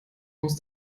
muss